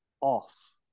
off